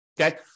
Okay